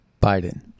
Biden